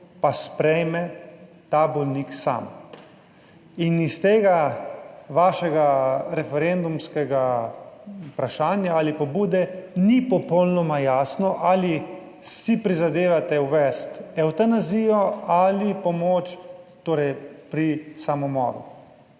pa sprejme ta bolnik sam. In iz tega vašega referendumskega vprašanja ali pobude ni popolnoma jasno ali si prizadevate uvesti evtanazijo ali pomoč torej pri samomoru.